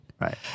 Right